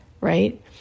Right